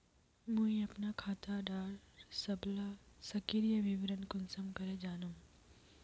मुई अपना खाता डार सबला सक्रिय विवरण कुंसम करे जानुम?